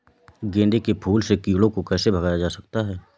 गेंदे के फूल से कीड़ों को कैसे भगाया जा सकता है?